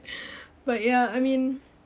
but ya I mean